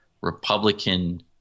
Republican